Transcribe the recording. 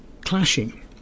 clashing